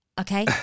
Okay